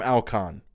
Alcon